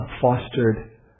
fostered